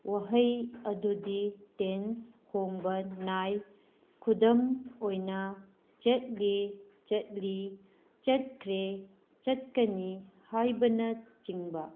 ꯋꯥꯍꯩ ꯑꯗꯨꯗꯤ ꯇꯦꯟꯁ ꯍꯣꯡꯕ ꯅꯥꯏ ꯈꯨꯗꯝ ꯑꯣꯏꯅ ꯆꯠꯂꯦ ꯆꯠꯂꯤ ꯆꯠꯈ꯭ꯔꯦ ꯆꯠꯀꯅꯤ ꯍꯥꯏꯕꯅꯆꯤꯡꯕ